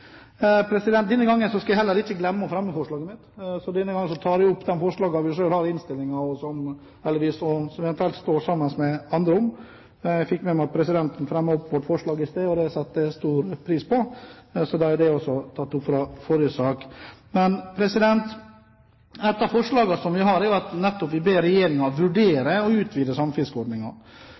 Denne gangen skal jeg ikke glemme å fremme forslaget vårt, så jeg tar opp det forslaget vi selv har i innstillingen, og de som vi står sammen med andre om. Jeg fikk med meg at presidenten fremmet vårt forslag i stad, og det setter jeg stor pris på. Så da er forslaget i forrige sak også tatt opp. Et av forslagene vi har, er at vi ber Regjeringen vurdere å utvide